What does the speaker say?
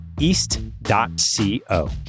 east.co